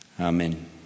Amen